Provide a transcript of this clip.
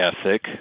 ethic